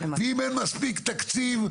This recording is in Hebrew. אם אין מספיק תקציב,